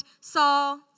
Saul